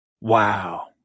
wow